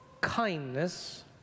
kindness